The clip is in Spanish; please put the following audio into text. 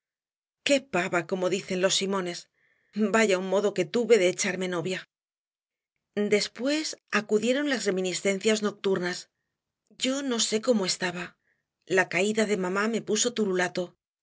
qué pava como dicen los simones vaya un modo que tuve de echarme novia después acudieron las reminiscencias nocturnas yo no sé cómo estaba la caída de mamá me puso turulato